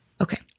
Okay